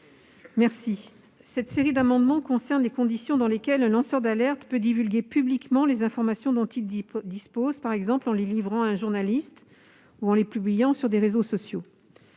Cette série d'amendements porte sur les conditions dans lesquelles un lanceur d'alerte peut divulguer les informations dont il dispose, par exemple en les livrant à un journaliste ou en les publiant sur des réseaux sociaux.